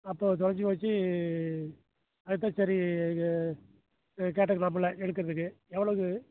அப்போது தொலைஞ்சு போச்சு அதுக்கு தான் சரி கேட்டுக்கலாமில எடுக்கிறதுக்கு எவ்வளோது